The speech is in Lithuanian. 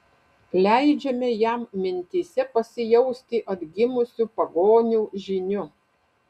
leidžiame jam mintyse pasijausti atgimusiu pagonių žyniu